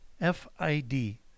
F-I-D